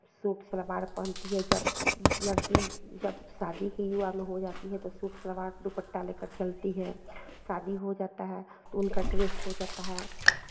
suit सलवार पहनती है जब लड़की जब शादी की युवा में हो जाती है तब सूट सलवार दुप्पटा लेकर चलती है शादी हो जाता है तो उनका ड्रेस हो जाता है